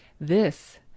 This